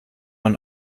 man